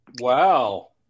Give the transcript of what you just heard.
Wow